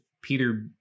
Peter